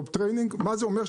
מה זה אומר?